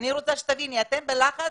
מתכבד לפתוח את ישיבת ועדת העלייה,